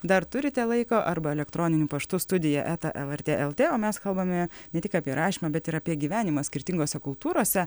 dar turite laiko arba elektroniniu paštu studija eta lrt lt o mes kalbame ne tik apie rašymą bet ir apie gyvenimą skirtingose kultūrose